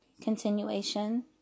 Continuation